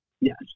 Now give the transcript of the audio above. Yes